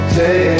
day